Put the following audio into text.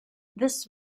this